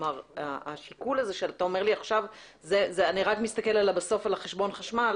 כלומר כשאתה אומר שבסוף אתה מסתכל על חשבון החשמל